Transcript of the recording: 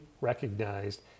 recognized